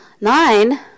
Nine